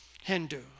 Hindu